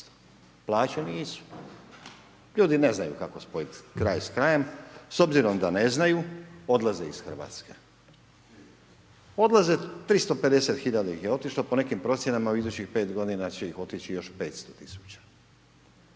plaće nisu. Ljudi ne znaju kako spojit kraj s krajem, s obzirom da ne znaju, odlaze iz Hrvatske. Odlaze, 350000 ih je otišlo, po nekim procjenama u idućih pet godina će ih otići još 500000.